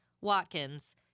Watkins